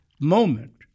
moment